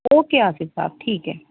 okay Asif صاحب ٹھیک ہے